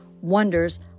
wonders